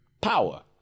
power